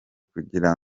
kugira